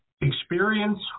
experience